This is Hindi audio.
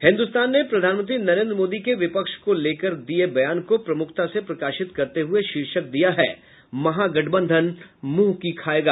हिन्दुस्तान ने प्रधानमंत्री नरेन्द्र मोदी के विपक्ष को लेकर दिये बयान को प्रमुखता से प्रकाशित करते हुये शीर्षक दिया है महागठबंधन मुंह की खाएगा